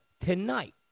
tonight